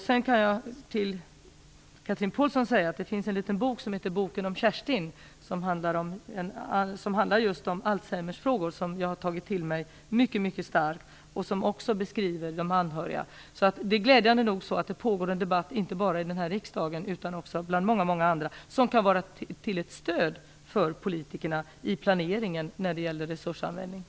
Sedan kan jag säga till Chatrine Pålsson att det finns en liten bok som heter Boken om Kerstin och som handlar om Alzheimersfrågor. Den har jag tagit till mig mycket starkt. Den beskriver också de anhöriga. Det är alltså glädjande nog så att det pågår en debatt inte bara här riksdagen utan också bland många, många andra. Detta kan vara till stöd för politikerna i planeringen av resursanvändningen.